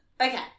Okay